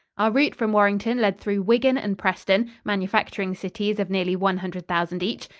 our route from warrington led through wigan and preston, manufacturing cities of nearly one hundred thousand each,